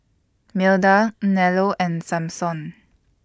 Milda Nello and Samson